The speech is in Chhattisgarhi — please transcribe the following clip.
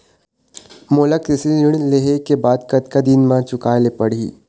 मोला कृषि ऋण लेहे के बाद कतका दिन मा चुकाए ले पड़ही?